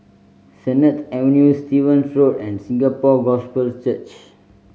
Sennett Avenue Stevens Road and Singapore Gospel Church